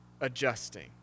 adjusting